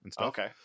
okay